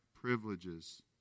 privileges